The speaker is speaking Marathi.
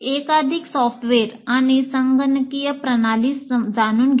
एकाधिक सॉफ्टवेअर आणि संगणकीय प्रणाली जाणून घ्या